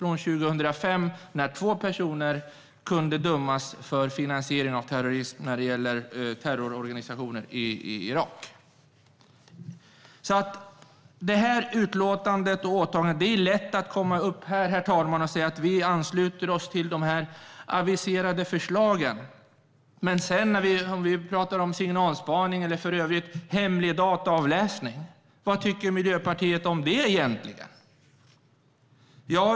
År 2005 dömdes två personer för finansiering av terrororganisationer i Irak. Herr talman! Det är lätta att gå upp här och säga att man ansluter sig till de aviserade förslagen, men vad tycker Miljöpartiet om signalspaning och hemlig dataavläsning egentligen?